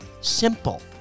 simple